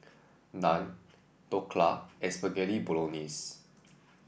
Naan Dhokla Spaghetti Bolognese